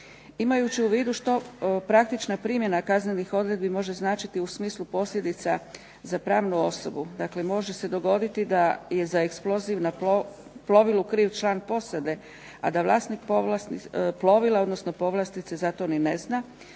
Imajući u vidu što praktična primjena kaznenih odredbi može značiti u smislu posljedica za pravnu osobu. Dakle, može se dogoditi da je za eksploziv na plovilu kriv član posade, a da vlasnik plovila, odnosno povlastice zato ni ne zna,